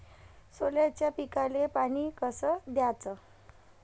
सोल्याच्या पिकाले पानी कस द्याचं?